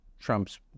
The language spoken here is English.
Trump's